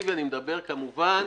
מדבר, כמובן,